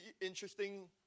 interesting